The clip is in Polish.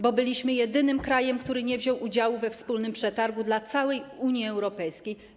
Bo byliśmy jedynym krajem, który nie wziął udziału we wspólnym przetargu dla całej Unii Europejskiej.